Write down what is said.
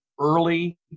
early